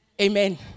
Amen